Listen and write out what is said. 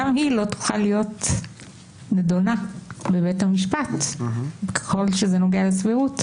גם היא לא תוכל להיות נדונה בבית המשפט ככל שזה נוגע לסבירות.